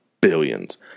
billions